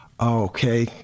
Okay